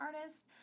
artist